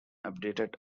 updated